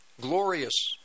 glorious